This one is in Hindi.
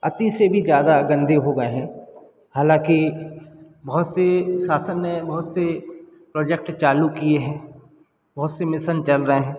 अति से भी ज़्यादा गंदे हो गए हैं हालाकि बहुत से शासन ने बहुत से प्रोजेक्ट चालू किए हैं बहुत से मिसन चल रहे हैं